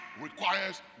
requires